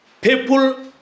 people